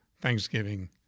thanksgiving